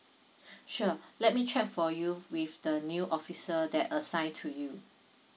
sure let me check for you with the new officer that assigned to you